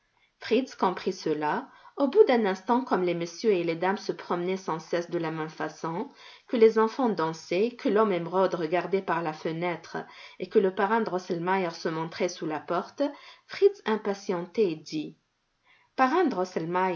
fritz comprit cela au bout d'un instant comme les messieurs et les dames se promenaient sans cesse de la même façon que les enfants dansaient que l'homme émeraude regardait par la fenêtre et que le parrain drosselmeier se montrait sous la porte fritz impatienté dit